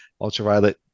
Ultraviolet